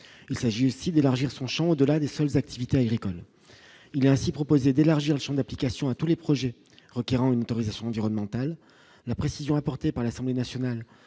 il s'agit aussi d'élargir son Champ au-delà des seules activités agricoles, il a ainsi proposé d'élargir le Champ d'application à tous les projets, requérant une autorisation environnementale, la précision apportée par l'Assemblée nationale